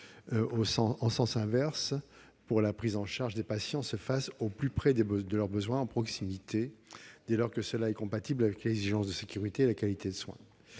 en sens inverse, pour que la prise en charge des patients se fasse au plus près de leurs besoins en proximité, dès lors que cela est compatible avec l'exigence de sécurité et la qualité des soins.